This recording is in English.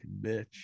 bitch